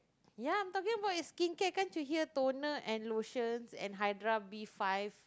ya I'm talking about is skincare can't you hear toner and lotion and Hydra B five